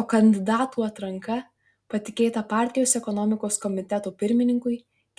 o kandidatų atranka patikėta partijos ekonomikos komiteto pirmininkui